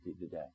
today